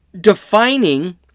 defining